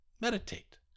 Meditate